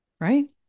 right